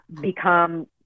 become